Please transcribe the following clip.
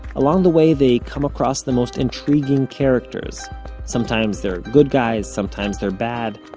along the way, they come across the most intriguing characters sometimes they're good guys, sometimes they're bad.